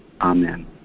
Amen